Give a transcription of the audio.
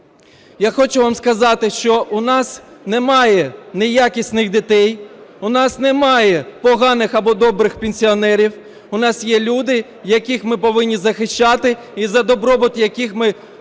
Я хочу вам сказати, що у нас немає неякісних дітей, у нас немає поганих або добрих пенсіонерів, у нас є люди, яких ми повинні захищати і за добробут яких ми